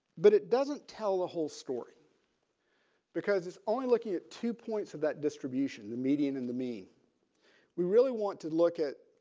but it doesn't tell the whole story because it's only looking at two points of that distribution the median and the mean we really want to look at.